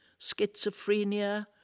Schizophrenia